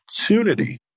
opportunity